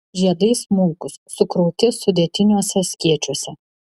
žiedai smulkūs sukrauti sudėtiniuose skėčiuose